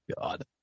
God